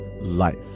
life